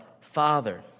Father